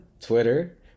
Twitter